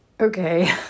Okay